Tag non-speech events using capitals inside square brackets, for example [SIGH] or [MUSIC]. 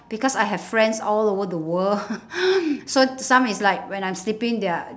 because I have friends all over the world [LAUGHS] so some is like when I'm sleeping they're